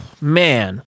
Man